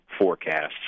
forecasts